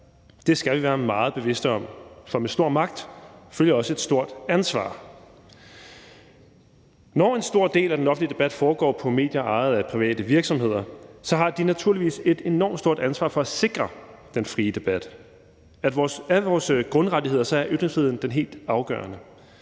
Det skal vi være meget bevidste om, for med stor magt følger også et stort ansvar. Når en stor del af den offentlige debat foregår på medier ejet af private virksomheder, har de naturligvis et enormt stort ansvar for at sikre den frie debat; af vores grundrettigheder er ytringsfriheden den helt afgørende.